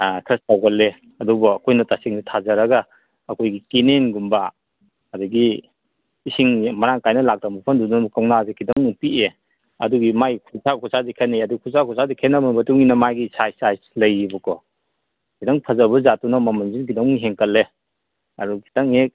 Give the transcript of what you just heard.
ꯈꯔ ꯆꯥꯎꯒꯜꯂꯦ ꯑꯗꯨꯕꯨ ꯑꯩꯈꯣꯏꯅ ꯇꯁꯦꯡꯅ ꯊꯥꯖꯔꯒ ꯑꯩꯈꯣꯏꯒꯤ ꯀꯦꯅꯦꯜꯒꯨꯝꯕ ꯑꯗꯒꯤ ꯏꯁꯤꯡ ꯃꯔꯥꯡ ꯀꯥꯏꯅ ꯂꯥꯛꯇꯕ ꯃꯐꯝꯗꯨꯗ ꯑꯃꯨꯛ ꯀꯧꯅꯥꯁꯦ ꯈꯤꯇꯪ ꯑꯃꯨꯛ ꯄꯤꯛꯑꯦ ꯑꯗꯨꯒꯤ ꯃꯥꯒꯤ ꯈꯨꯠꯁꯥ ꯈꯨꯠꯁꯥꯁꯦ ꯈꯦꯠꯅꯩ ꯑꯗꯨ ꯈꯨꯠꯁꯥ ꯈꯨꯠꯁꯥꯁꯦ ꯈꯦꯠꯅꯕꯒꯤ ꯃꯇꯨꯡꯏꯟꯅ ꯃꯥꯒꯤ ꯁꯥꯏꯖ ꯁꯥꯏꯖ ꯂꯩꯌꯦꯕꯀꯣ ꯈꯤꯇꯪ ꯐꯖꯕ ꯖꯥꯠꯇꯨꯅ ꯃꯃꯟꯁꯤꯅ ꯈꯤꯇꯪꯃꯨꯛ ꯍꯦꯟꯒꯠꯂꯦ ꯑꯗꯨ ꯈꯤꯇꯪ ꯍꯦꯛ